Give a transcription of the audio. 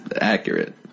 accurate